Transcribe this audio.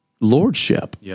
lordship